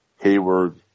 Hayward